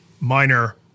minor